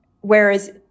whereas